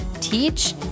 teach